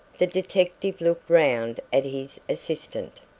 the detective looked round at his assistant,